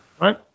right